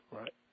Right